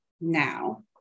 Now